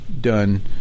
done